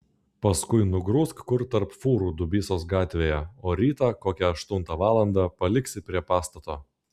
paskui nugrūsk kur tarp fūrų dubysos gatvėje o rytą kokią aštuntą valandą paliksi prie pastato